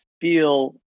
feel